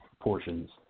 portions